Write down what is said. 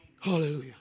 Hallelujah